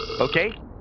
Okay